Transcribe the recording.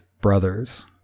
brothers